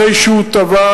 אחרי שהוא טבל,